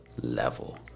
level